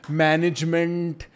management